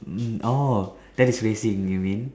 mm orh that is racing you mean